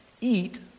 eat